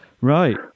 Right